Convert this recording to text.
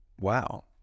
wow